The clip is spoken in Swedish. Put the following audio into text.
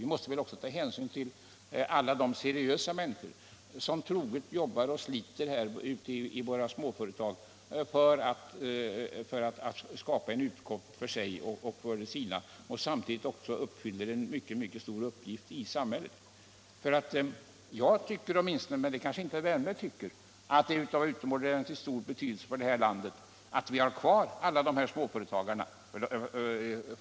Vi måste väl också ta hänsyn till alla de seriösa människor som troget jobbar och sliter ute i småföretagen för att skaffa utkomst åt sig och de sina och samtidigt fyller en mycket stor uppgift i samhället. Jag tycker - men det kanske inte herr Wärnberg gör — att det är av utomordentligt stor betydelse för vårt land att vi har kvar alla de här småföretagarna.